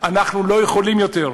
אנחנו לא יכולים יותר,